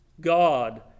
God